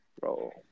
bro